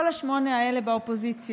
כל שמונה השנים האלה באופוזיציה,